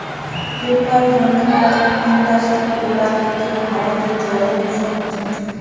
paper বানানার industry গুলা থিকে হাওয়াতে জলে দূষণ হচ্ছে